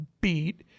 beat